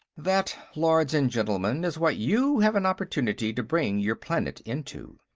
that, lords and gentlemen, is what you have an opportunity to bring your planet into.